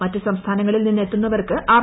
മറ്റ് സംസ്ഥാനങ്ങളിൽ നിന്ന് എത്തുന്നവർക്ക് ആർ